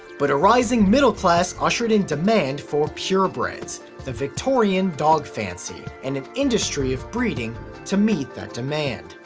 but a rising middle class ushered in demand for purebreds the victorian dog fancy and an industry of breeding to meet that demand.